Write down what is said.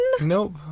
Nope